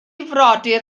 frodyr